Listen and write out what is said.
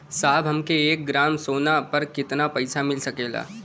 साहब हमके एक ग्रामसोना पर कितना पइसा मिल सकेला?